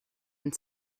and